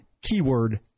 keyword